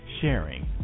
sharing